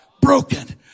Broken